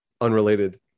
unrelated